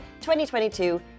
2022